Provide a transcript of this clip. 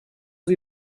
sie